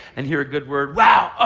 and hear a good word. wow.